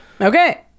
Okay